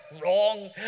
Wrong